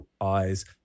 eyes